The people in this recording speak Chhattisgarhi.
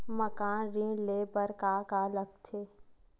मकान ऋण ले बर का का लगथे?